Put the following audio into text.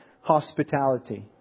hospitality